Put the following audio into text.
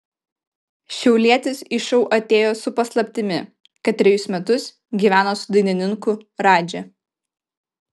šiaulietis į šou atėjo su paslaptimi kad trejus metus gyveno su dainininku radži